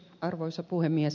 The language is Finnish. arvoisa puhemies